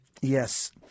Yes